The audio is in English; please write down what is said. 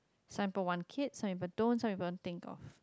so even one kid so even don't so even think of